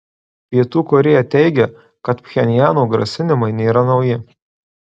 pietų korėja teigia kad pchenjano grasinimai nėra nauji